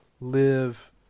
live